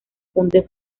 funde